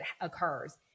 occurs